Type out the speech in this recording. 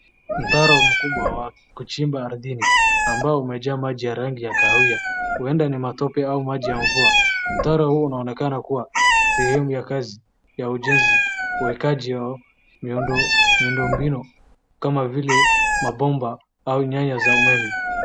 Mtaro mkubwa wa kuchimba ardhini ambao umejaa maji ya rangi ya kahawia. Huenda ni matope au maji ya mvua. Mtaro huu unaonekana kuwa sehemu ya kazi ya ujenzi uekaji miundo mbinu kama vile mabomba au nyaya za umeme.